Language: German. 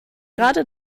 gerade